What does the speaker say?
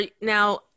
now